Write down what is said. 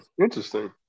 Interesting